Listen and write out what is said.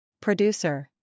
Producer